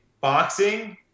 boxing